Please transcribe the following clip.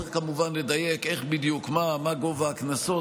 צריך כמובן לדייק איך בדיוק, מה גובה הקנסות.